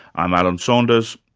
i'm alan saunders,